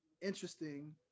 interesting